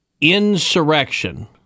insurrection